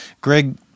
Greg